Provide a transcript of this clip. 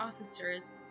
officers